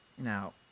Now